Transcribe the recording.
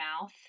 mouth